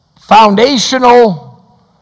foundational